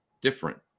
different